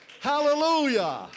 Hallelujah